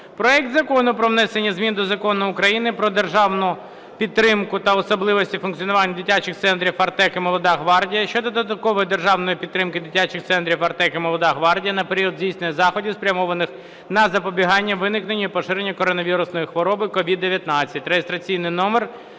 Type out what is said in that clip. проекту Закону про внесення змін до Закону України "Про державну підтримку та особливості функціонування дитячих центрів "Артек" і "Молода гвардія" щодо додаткової державної підтримки дитячих центрів "Артек" і "Молода гвардія" на період здійснення заходів, спрямованих на запобігання виникненню і поширенню коронавірусної хвороби (COVID-19)